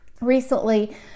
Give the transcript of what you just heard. Recently